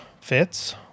fits